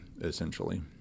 essentially